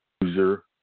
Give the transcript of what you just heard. user